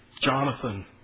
Jonathan